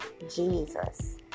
Jesus